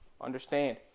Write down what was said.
understand